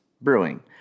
Brewing